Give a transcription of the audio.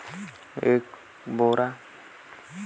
तीन एकड़ भूमि मे कतेक मुंगफली उपज होही?